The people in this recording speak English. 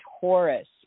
Taurus